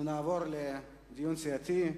נעבור לדיון סיעתי.